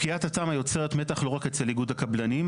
פקיעת התמ"א יוצרת מתח לא רק אצל איגוד הקבלנים,